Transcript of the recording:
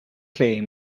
claim